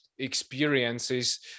Experiences